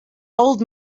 old